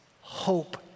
hope